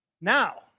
Now